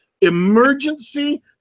Emergency